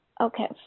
Okay